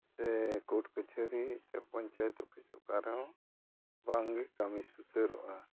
ᱥᱮ ᱠᱳᱨᱴ ᱠᱟᱹᱪᱷᱟᱹᱨᱤ ᱥᱮ ᱯᱚᱧᱪᱟᱭᱮᱛ ᱚᱯᱷᱤᱥ ᱚᱠᱟ ᱨᱮᱦᱚᱸ ᱵᱟᱝᱜᱮ ᱠᱟᱹᱢᱤ ᱥᱩᱥᱟᱹᱨᱚᱜᱼᱟ